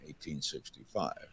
1865